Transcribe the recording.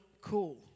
cool